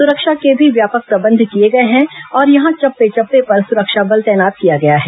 सुरक्षा के भी व्यापक प्रबंध किए हैं और यहां चप्पे चप्पे पर सुरक्षा बल तैनात किया गया हैं